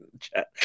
chat